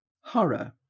Horror